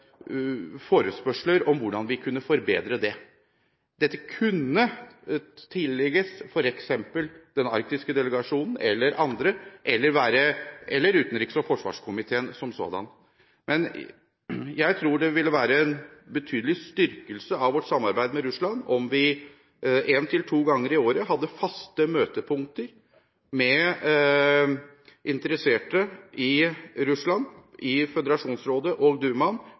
forespørsler om hvordan vi kan forbedre det. Det kunne tillegges f.eks. den arktiske delegasjonen, eller andre – eller utenriks- og forsvarskomiteen som sådan. Jeg tror det ville vært en betydelig styrkelse av vårt samarbeid med Russland om vi en til to ganger i året hadde faste møtepunkter med interesserte i Russland – i Føderasjonsrådet og